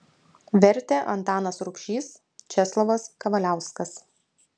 vertė antanas rubšys česlovas kavaliauskas